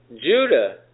Judah